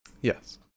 Yes